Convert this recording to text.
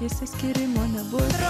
išsiskyrimo nebus